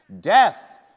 Death